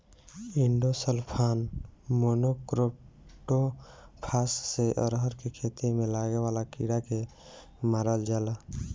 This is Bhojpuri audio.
इंडोसल्फान, मोनोक्रोटोफास से अरहर के खेत में लागे वाला कीड़ा के मारल जाला